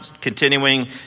continuing